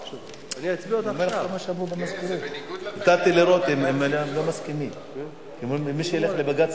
קביעת סכום היטל ההטמנה מבית-משפט השלום לבית-משפט